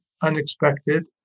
unexpected